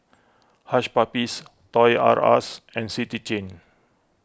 Hush Puppies Toys R Us and City Chain